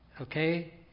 Okay